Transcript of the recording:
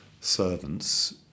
servants